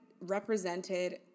represented